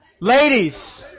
Ladies